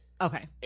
Okay